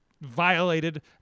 violated